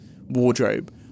wardrobe